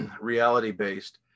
reality-based